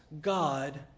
god